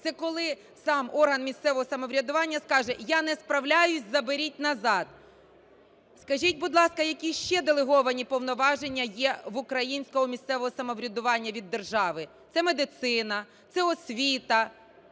це коли сам орган місцевого самоврядування скаже: я не справляюсь, заберіть назад. Скажіть, будь ласка, які ще делеговані повноваження є в українського місцевого самоврядування від держави? Це медицина, це освіта.